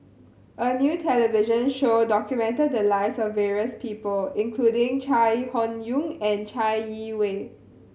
a new television show documented the lives of various people including Chai Hon Yoong and Chai Yee Wei